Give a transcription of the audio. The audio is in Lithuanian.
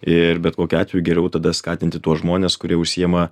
ir bet kokiu atveju geriau tada skatinti tuos žmones kurie užsiima